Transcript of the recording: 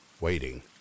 waiting